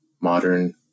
modern